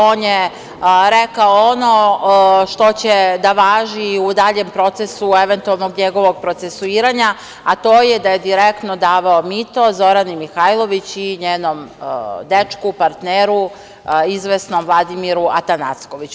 On je rekao ono što će da važi u daljem procesu eventualnog njegovog procesuiranja, a to je da je direktno davao mito Zorani Mihajlović i njenom dečku, partneru, izvesnom Vladimiru Atanackoviću.